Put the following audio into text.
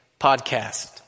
podcast